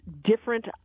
different